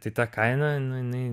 tai ta kaina nu jinai